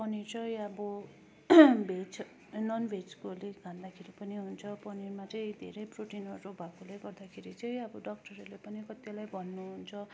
पनिर चाहिँ अब भेज नन भेजकोहरूले खाँदाखेरि पनि हुन्छ पनिरमा चाहिँ धेरै प्रोटिनहरू भएकोले गर्दाखेरि चाहिँ अब डक्टहरूलाई पनि कतिलाई भन्नुहुन्छ